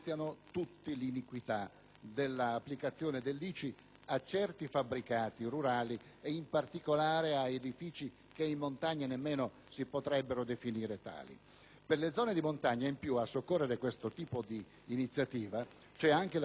dell'applicazione dell'ICI a certi fabbricati rurali e, in particolare, a edifici che in montagna nemmeno potrebbero essere definiti tali. Per le zone di montagna a soccorrere questo tipo di iniziativa c'è anche la legge n. 97